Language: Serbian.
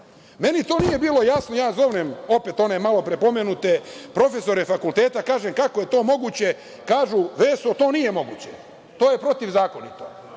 to nije bilo jasno i zovnem opet one malo pre pomenute profesore fakulteta i pitam kako je to moguće? Kažu - Veso, to nije moguće, to je protivzakonito.